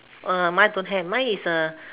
uh mine don't have mine is a